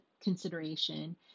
consideration